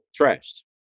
trashed